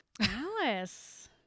Alice